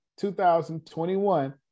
2021